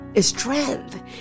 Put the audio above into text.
strength